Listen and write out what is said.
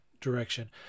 direction